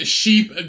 sheep